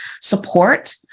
support